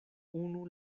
unu